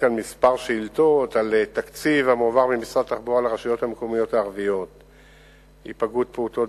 על-פי נתוני הרשות הלאומית לבטיחות בדרכים,